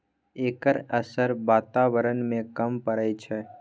एकर असर बाताबरण में कम परय छै